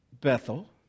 Bethel